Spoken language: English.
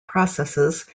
processes